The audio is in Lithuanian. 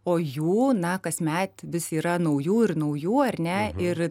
o jų na kasmet vis yra naujų ir naujų ar ne ir